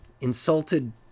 Insulted